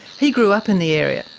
he grew up in the area,